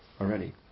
Already